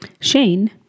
Shane